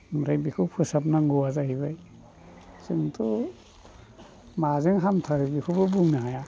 ओमफ्राय बेखौ फोसाबनांगौआ जाहैबाय जोंथ' माजों हामथारगोन बेखौबो बुंनो हाया